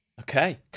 Okay